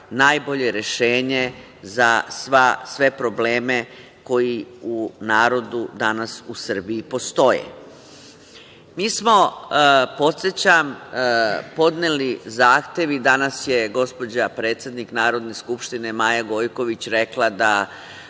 najbolje rešenje za sve probleme koji u narodu danas u Srbiji postoje. Mi smo, podsećam, podneli zahtev i danas je gospođa predsednik Narodne skupštine Maja Gojković rekla da